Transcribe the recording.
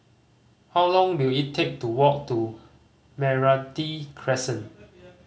how long will it take to walk to Meranti Crescent